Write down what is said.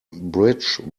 bridge